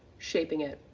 shaping it,